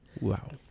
Wow